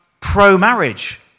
pro-marriage